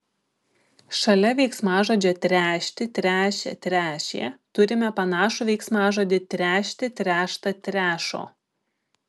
šalia veiksmažodžio tręšti tręšia tręšė turime panašų veiksmažodį trešti tręšta trešo